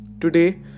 Today